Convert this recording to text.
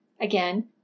Again